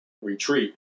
retreat